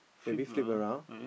maybe flip around